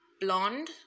blonde